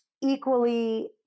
equally